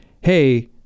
Hey